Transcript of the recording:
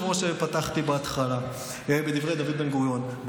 כמו שפתחתי בהתחלה בדברי דוד בן-גוריון,